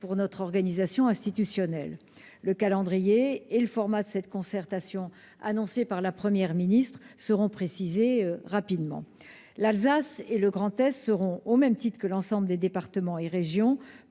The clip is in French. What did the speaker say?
pour notre organisation institutionnelle. Le calendrier et le format de cette concertation annoncée par la Première ministre seront précisés très prochainement. L'Alsace et le Grand Est seront, au même titre que l'ensemble des départements et régions,